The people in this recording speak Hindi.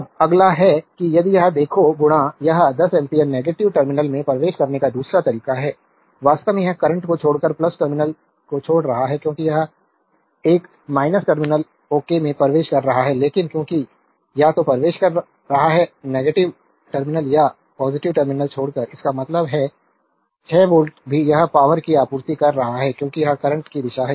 अब अगला है यदि यह देखो यह 10 एम्पीयर नेगेटिव टर्मिनल में प्रवेश करने का दूसरा तरीका है वास्तव में यह करंट को छोड़कर टर्मिनल को छोड़ रहा है क्योंकि यह एक टर्मिनल ओके में प्रवेश कर रहा है लेकिन क्योंकि या तो प्रवेश कर रहा है टर्मिनल या टर्मिनल छोड़कर इसका मतलब है 6 वोल्ट भी यह पावरकी आपूर्ति कर रहा है क्योंकि यह करंट की दिशा है